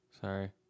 Sorry